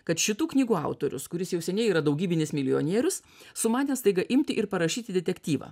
kad šitų knygų autorius kuris jau seniai yra daugybinis milijonierius sumanė staiga imti ir parašyti detektyvą